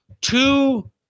two